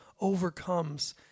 overcomes